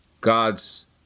God's